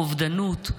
אובדנות,